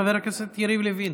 חבר הכנסת יריב לוין,